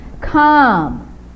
come